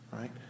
Right